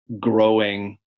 growing